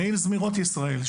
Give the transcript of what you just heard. נעים זמירות ישראל.